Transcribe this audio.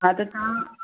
हा त तव्हां